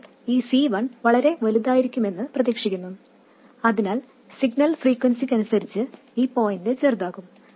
എന്നാൽ ഈ C1 വളരെ വലുതായിരിക്കുമെന്ന് പ്രതീക്ഷിക്കുന്നു അതിനാൽ സിഗ്നൽ ഫ്രീക്വെൻസിക്കനുസരിച്ച് ഈ പോയിന്റ് ചെറുതാകും